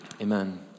Amen